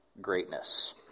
greatness